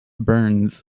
burns